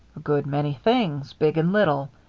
a good many things, big and little.